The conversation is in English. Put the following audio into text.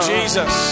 Jesus